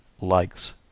Likes